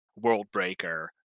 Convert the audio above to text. Worldbreaker